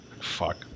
Fuck